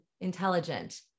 intelligent